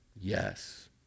yes